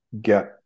get